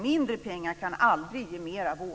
Mindre pengar kan aldrig ge mer vård.